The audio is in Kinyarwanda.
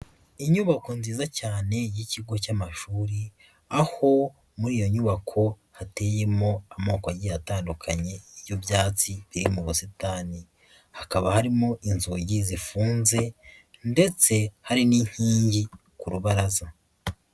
Inyubako nziza cyane y'ikigo cy'amashuri, aho muri iyo nyubako hateyemo amoko agiye atandukanye y'ibyatsi biri mu busitani, hakaba harimo inzugi zifunze, ndetse hari n'inkingi ku rubaraza.